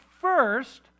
first